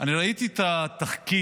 אני ראיתי את התחקיר